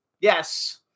Yes